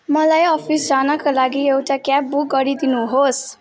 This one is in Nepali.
मलाई अफिस जानका लागि एउटा क्याब बुक गरिदिनु होस्